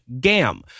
GAM